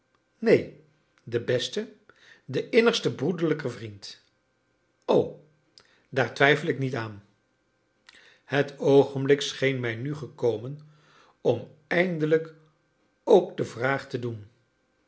neen de beste de innigste broederlijke vriend o daar twijfel ik niet aan het oogenblik scheen mij nu gekomen om eindelijk ook de vraag te doen